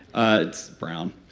ah it's brown.